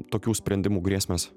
tokių sprendimų grėsmės